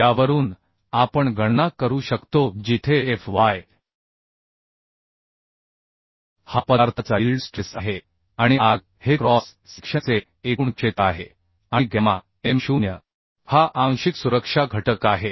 यावरून आपण गणना करू शकतो जिथे Fy हा पदार्थाचा यील्ड स्ट्रेस आहे आणि Ag हे क्रॉस सेक्शनचे एकूण क्षेत्र आहे आणि गॅमा m0 हा आंशिक सुरक्षा घटक आहे